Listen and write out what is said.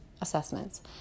assessments